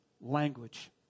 language